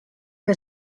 que